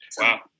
Wow